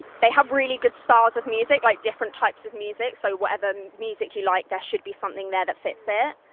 they have really good styles of music, like, different types of music, so whatever music you like, there should be something there that fits it.